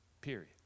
Period